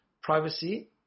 Privacy